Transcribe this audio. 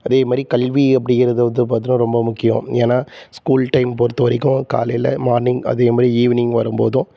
அதே மாதிரி கல்வி அப்படிங்கிறது வந்து பார்த்தோனா ரொம்ப முக்கியம் ஏன்னால் ஸ்கூல் டைம் பொறுத்தவரைக்கும் காலையில் மார்னிங் அதே மாதிரி ஈவினிங் வரும்போதும்